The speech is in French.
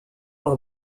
par